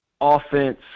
offense